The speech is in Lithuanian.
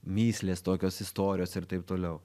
mįslės tokios istorijos ir taip toliau